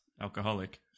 alcoholic